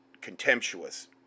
contemptuous